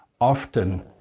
often